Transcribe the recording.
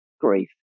grief